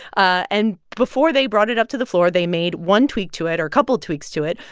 and before they brought it up to the floor, they made one tweak to it or a couple tweaks to it.